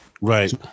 Right